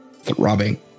throbbing